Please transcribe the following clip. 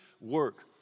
work